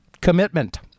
commitment